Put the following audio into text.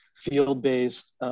field-based